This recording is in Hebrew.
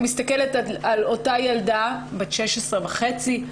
כשאני מסתכלת על אותה ילדה בת 16 וחצי,